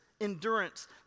endurance